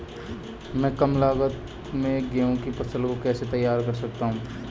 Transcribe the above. मैं कम लागत में गेहूँ की फसल को कैसे तैयार कर सकता हूँ?